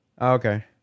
okay